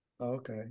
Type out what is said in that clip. Okay